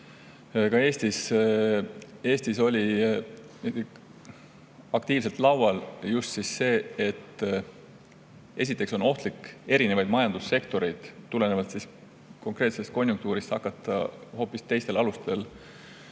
Eestis oli aktiivselt laual, see, et esiteks on ohtlik erinevaid majandussektoreid tulenevalt konkreetsest konjunktuurist hakata hoopis teistel alustel